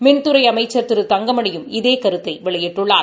மின்துறை அமைக்கா் திரு தங்கமணியும் இதே கருத்தை வெளியிட்டுள்ளார்